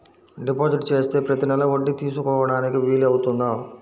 Deposit చేస్తే ప్రతి నెల వడ్డీ తీసుకోవడానికి వీలు అవుతుందా?